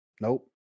nope